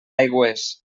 aigües